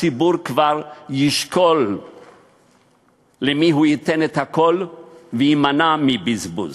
הציבור כבר ישקול למי הוא ייתן את הקול ויימנע מבזבוז.